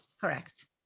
Correct